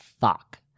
fuck